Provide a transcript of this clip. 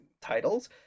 titles